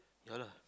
ya lah